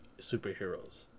superheroes